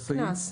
קנס.